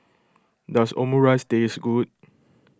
does Omurice taste good